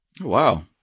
Wow